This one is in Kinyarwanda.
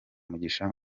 mugisha